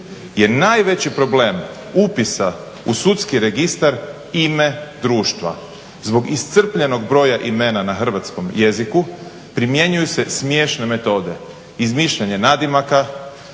je najveći problem upisa u sudski registar ime društva. Zbog iscrpljenog broja imena na hrvatskom jeziku primjenjuju se smiješne metoda. Izmišljanje nadimaka,